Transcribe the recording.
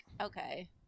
okay